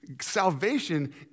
salvation